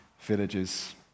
villages